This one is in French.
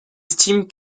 estiment